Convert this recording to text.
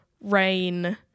rain